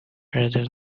rather